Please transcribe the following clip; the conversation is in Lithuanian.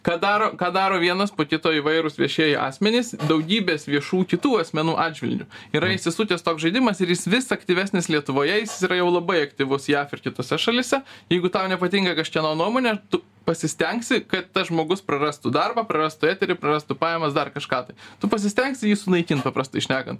ką daro ką daro vienas po kito įvairūs viešieji asmenys daugybės viešų kitų asmenų atžvilgiu yra įsisukęs toks žaidimas ir jis vis aktyvesnis lietuvoje jis yra jau labai aktyvus jav ir kitose šalyse jeigu tau nepatinka kažkieno nuomonė tu pasistengsi kad tas žmogus prarastų darbą prarastų eterį praprastų pajamas dar kažką tai tu pasistengsi jį sunaikint paprastai šnekant